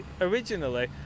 originally